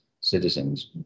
citizens